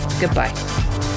goodbye